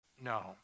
No